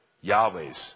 Yahweh's